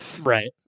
Right